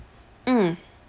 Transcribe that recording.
mm